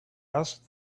asked